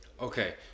Okay